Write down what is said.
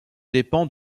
dépend